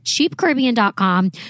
CheapCaribbean.com